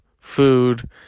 food